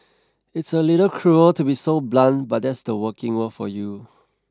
it's a little cruel to be so blunt but that's the working world for you